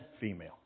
female